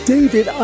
David